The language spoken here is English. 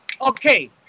Okay